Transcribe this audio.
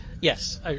Yes